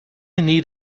need